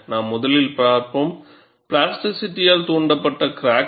நாம் முதலில் பார்ப்போம் பிளாஸ்டிசிட்டியால் தூண்டப்பட்ட கிராக்